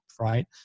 right